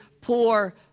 poor